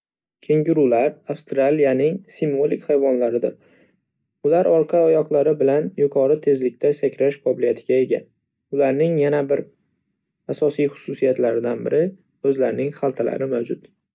Kengurular Avstraliyaning simvolik hayvonlaridir. Ular orqa oyoqlari bilan yuqori tezlikda sakrash qobiliyatiga ega. Ularning yana bir asosiy xususiyatlaridan biri o'zlarining xaltalari mavjud.